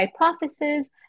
hypotheses